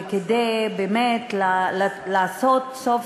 וכדי באמת סוף-סוף